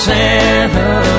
Santa